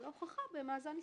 זאת הוכחה במאזן ההסתברויות.